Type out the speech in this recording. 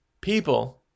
people